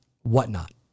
Whatnot